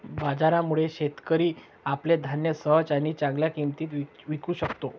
बाजारामुळे, शेतकरी आपले धान्य सहज आणि चांगल्या किंमतीत विकू शकतो